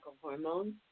hormones